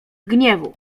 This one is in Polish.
gniewu